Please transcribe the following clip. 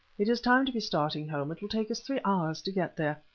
it is time to be starting home, it will take us three hours to get there.